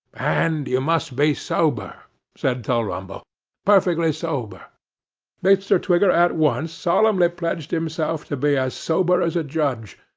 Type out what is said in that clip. and you must be sober said tulrumble perfectly sober mr. twigger at once solemnly pledged himself to be as sober as a judge,